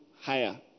higher